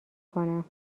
کنم